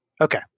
Okay